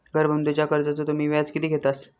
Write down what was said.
घर बांधूच्या कर्जाचो तुम्ही व्याज किती घेतास?